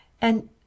and—